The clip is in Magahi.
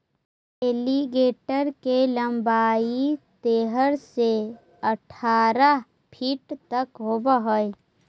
एलीगेटर के लंबाई तेरह से अठारह फीट तक होवऽ हइ